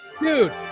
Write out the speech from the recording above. Dude